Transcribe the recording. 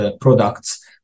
products